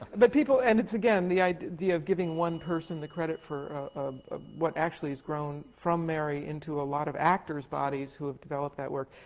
but people and it's again, the idea of giving one person the credit for ah ah what actually has grown from mary into a lot of actors' bodies who have developed that work.